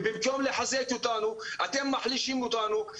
ובמקום לחזק אותנו אתם מחלישים אותנו.